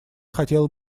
хотела